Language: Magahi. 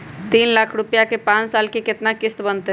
तीन लाख रुपया के पाँच साल के केतना किस्त बनतै?